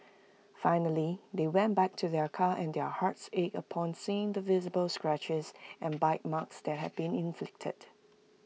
finally they went back to their car and their hearts ached upon seeing the visible scratches and bite marks that had been inflicted